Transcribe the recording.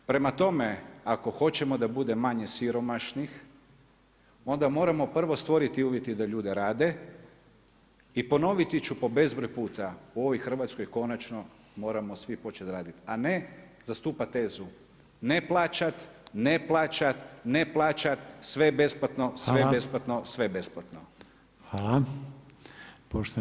Prema tome, ako hoćemo da bude manje siromašnih onda moramo prvo stvoriti uvjete da ljudi rade i ponoviti ću po bezbroj puta u ovoj Hrvatskoj konačno moramo svi počet radit, a ne zastupat tezu ne plaćat, ne plaćat, sve besplatno, sve besplatno, sve besplatno.